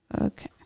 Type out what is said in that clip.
Okay